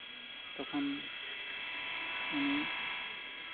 ᱛᱚᱠᱷᱚᱱ ᱩᱱᱤ